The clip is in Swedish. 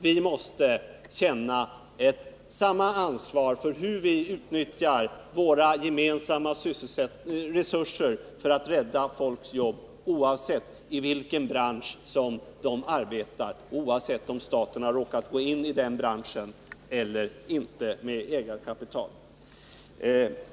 Vi måste känna samma ansvar för hur vi utnyttjar våra gemensamma resurser för att rädda folks jobb, oavsett i vilken bransch de arbetar och oavsett om staten har råkat gå in i den branschen eller inte med ägarkapital.